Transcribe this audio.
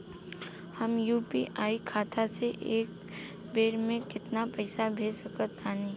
हम यू.पी.आई खाता से एक बेर म केतना पइसा भेज सकऽ तानि?